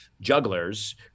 jugglers